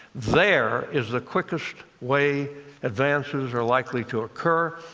there is the quickest way advances are likely to occur,